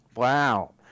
Wow